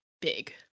big